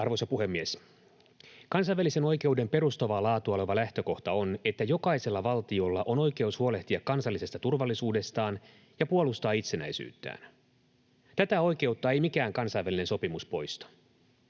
Arvoisa puhemies! Kansainvälisen oikeuden perustavaa laatua oleva lähtökohta on, että jokaisella valtiolla on oikeus huolehtia kansallisesta turvallisuudestaan ja puolustaa itsenäisyyttään. Tätä oikeutta ei mikään kansainvälinen sopimus poista.